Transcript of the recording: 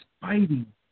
fighting